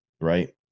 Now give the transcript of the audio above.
right